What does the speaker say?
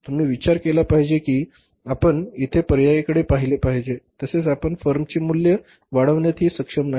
तुम्ही विचार केला पाहिजे कि आपण येथे पर्यायांकडे पहिले पाहिजे तसेच आपण फर्म चे मूल्य वाढवण्यातही सक्षम नाहीत